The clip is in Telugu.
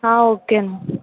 ఓకేనండి